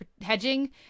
hedging